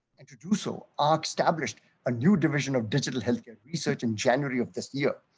and producer are established a new division of digital health care research in january of this year,